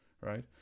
right